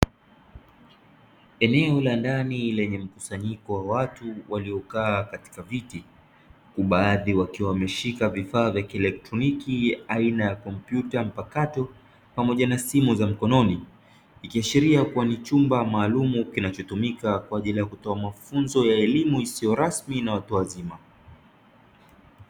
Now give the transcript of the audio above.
Eneo la ndani lenye mkusanyiko wa watu waliokaa katika viti huku baadhi wakiwa wameshika vifaa vya kieletroniki aina kompyuta mpakato pamoja na simu za mkononi. Ikiashiria kuwa ni chumba maalumu kinachotumika kwa ajili kutoa mafunzo ya elimu isiyo rasmi na watu wazima.